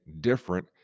different